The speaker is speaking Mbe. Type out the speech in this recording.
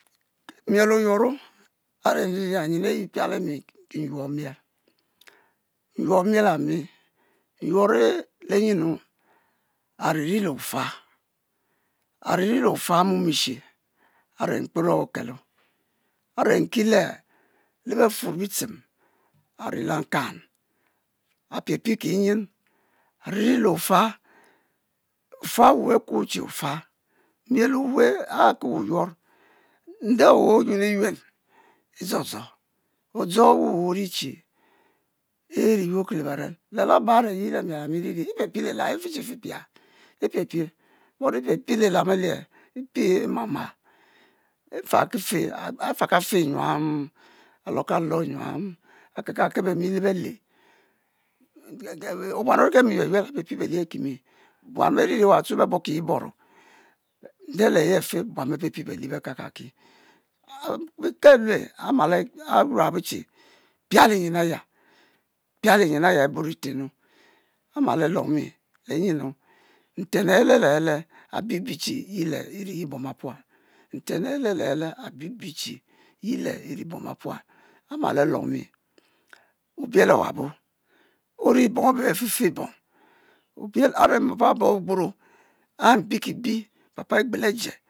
Mile oyuono are nriria nyen ayi e'pialemi ki nyuorr miel nyuore miel ami nyuorre le nyinu?ariri leh ofa ariri leaofa e'mom le-befuor bitchen ari lenkan apia pie ki nyin, ari ri le ofa ofa awu bekuo che yen e'dzodzo o'dzo wu wu ori che iri yurki le beren, le laba are mi le-miel ami iri ri ya ipie pie lilam ife che ife pia ipie, but ipiepie lilam alieh ipie emamal nfa ki fe and afakafe nyuam alokalo nyuam akelkekel bemi le berleh en en en obuam mi yueyuel apie pie belieh akimi buan be ririwa twe beh borrki yebono nde le he afe buan beh pie piebelieh beh kakaki ke alue amal arue abo che piali nyin aya. pia nyi aya eburi ete-nnu amul alomi lenyenu nten le he le le he le abi bi che ye le iri bom bepuap nten lehele le' he' le abibi che yile iri bom bepual amal alomi obiel owabo ori bom abeh befe fe bom are papa owabo ogburo papa egbelo Ajie